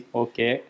okay